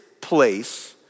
place